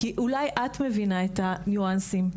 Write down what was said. כי אולי את מבינה את הניואנסים,